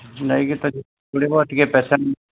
ନେଇକି ତାକୁ ଗୋଟେ ପେସେଣ୍ଟ